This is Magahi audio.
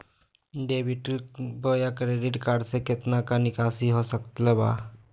डेबिट बोया क्रेडिट कार्ड से कितना का निकासी हो सकल बा?